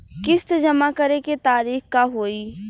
किस्त जमा करे के तारीख का होई?